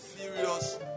Serious